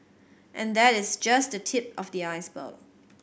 and that is just the tip of the iceberg